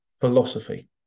philosophy